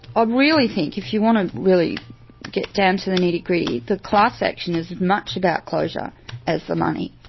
ah really think, if you want to really get down to the nitty gritty, the class action is much about closure as the money.